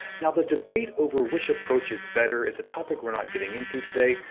now the debate over which approach is better is a topic we're not getting into today,